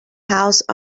house